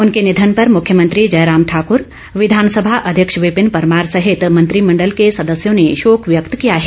उनके निधन पर मुख्यमंत्री जयराम ठाकूर विधानसभा अध्यक्ष विंपिन परमार सहित मंत्रिमण्डल के सदस्यों ने शोक व्यक्त किया है